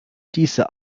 diese